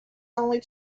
only